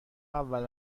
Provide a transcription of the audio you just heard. اول